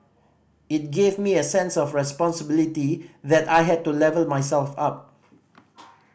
it gave me a sense of responsibility that I had to level myself up